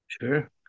Sure